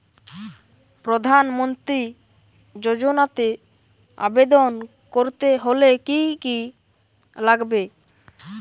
প্রধান মন্ত্রী যোজনাতে আবেদন করতে হলে কি কী লাগবে?